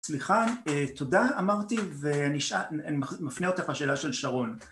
סליחה, תודה אמרתי ואני מפנה אותך לשאלה של שרון